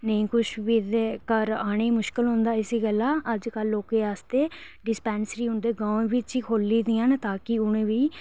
नी कुछ बी ते घर आने गी मुश्कल होंदा इस्सै गल्ला अजकल लोकें आस्तै डिस्पैंसरी उन्दे गांव बिच्च ही खोह्ल्ली दियां न ताकि उ'नेंगी बी